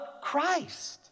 Christ